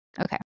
Okay